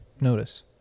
notice